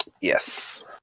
Yes